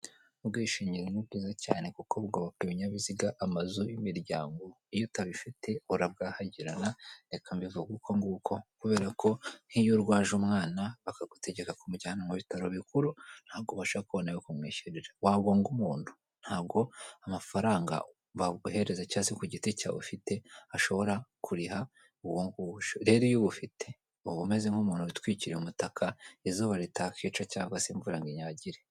Ubwishingizi ni bwiza cyane kuko bugoboka ibinyabiziga, amazu n'imiryango. Iyo utabifite urabwahagirana reka mbivuge ukonguko. Kubera ko iyo urwaje umwana bakagutegeka kumujyana mu bitaro bikuru, ntabwo ubasha kubona ayo kumwishyurira. Wagonga umuntu, ntabwo amafaranga baguhereza cyangwa se ku giti cyawe ufite, ashobora kuriha uwonguwo. Rere iyo ubufite, uba umeze nk'umuntu witwikiriye umutaka, izuba ritakica cyangwa se imvura ngo inyagire.